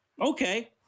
Okay